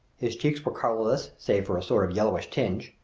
his cheeks were colorless save for a sort of yellowish tinge.